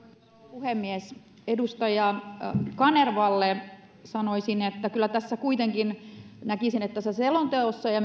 puhemies edustaja kanervalle sanoisin että kyllä kuitenkin näkisin että tässä selonteossa ja